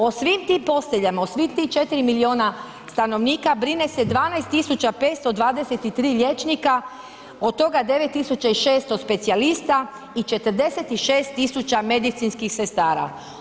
O svim tim posteljama, o svih tih 4 milijuna stanovnika, brine se 12 523 liječnika, od toga 9 600 specijalista i 46 000 medicinskih sestara.